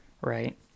right